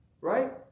right